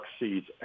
exceeds